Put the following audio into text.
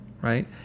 right